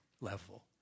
level